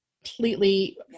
completely